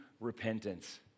repentance